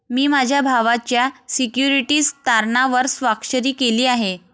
मी माझ्या भावाच्या सिक्युरिटीज तारणावर स्वाक्षरी केली आहे